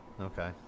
Okay